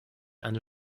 eine